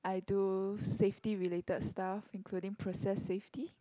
I do safety related stuff including process safety